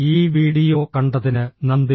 ഈ വീഡിയോ കണ്ടതിന് നന്ദി